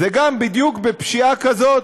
זה גם בדיוק בפשיעה כזאת,